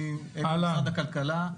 אני ממשרד הכלכלה,